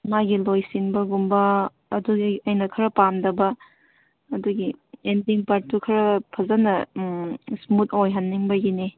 ꯃꯥꯒꯤ ꯂꯣꯏꯁꯤꯟꯕꯒꯨꯝꯕ ꯑꯗꯨꯗꯒꯤ ꯑꯩꯅ ꯈꯔ ꯄꯥꯝꯗꯕ ꯑꯗꯨꯒꯤ ꯏꯟꯖꯤꯟ ꯄꯥꯔꯠꯇꯨ ꯈꯔ ꯐꯖꯅ ꯏꯁꯃꯨꯠ ꯑꯣꯏꯍꯟꯅꯤꯡꯕꯒꯤꯅꯦ